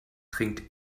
trinkt